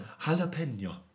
Jalapeno